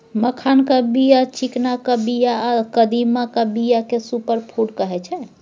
मखानक बीया, चिकनाक बीया आ कदीमाक बीया केँ सुपर फुड कहै छै